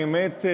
האמת,